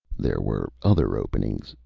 there were other openings,